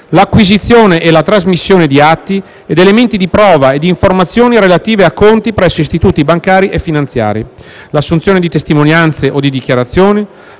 l'acquisizione e la trasmissione di atti ed elementi di prova e di informazioni relative a conti presso istituti bancari e finanziari, l'assunzione di testimonianze o di dichiarazioni,